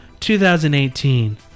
2018